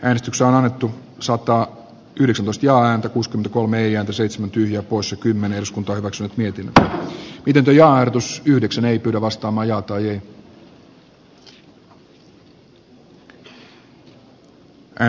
äänestys on varattu sata yhdyslustiaan kuus kolme ja seitsemän tyhjää kataisen hallitus itse arvioi valtiontalouden pysyvän nykyisillä toimilla reilusti alijäämäisenä koko hallituskauden